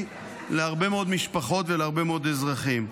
להרבה מאוד משפחות ולהרבה מאוד אזרחים.